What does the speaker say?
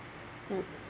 mm